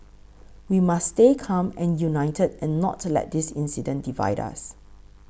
we must stay calm and united and not let this incident divide us